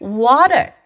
water